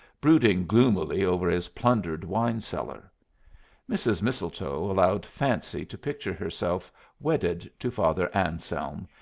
brooding gloomily over his plundered wine-cellar mrs. mistletoe allowed fancy to picture herself wedded to father anselm,